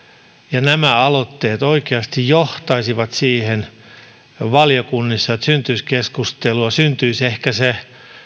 ja nämä aloitteet oikeasti johtaisivat valiokunnissa syntyisi keskustelua syntyisi ehkä se